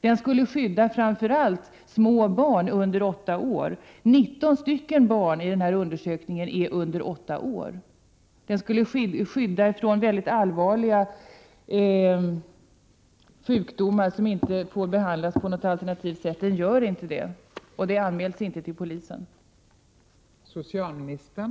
Den skulle framför allt skydda små barn under åtta år. Nitton barn i denna undersökning är under åtta år. Den skulle skydda så att mycket allvarliga sjukdomar inte får behandlas på något alternativt sätt. Den gör inte det. Det anmäls inte till polisen.